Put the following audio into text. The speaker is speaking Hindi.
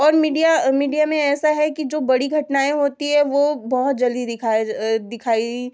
और मीडिया मीडिया में ऐसा है कि जो बड़ी घटनाएँ होती है वह बहुत जल्दी दिखाई दिखाई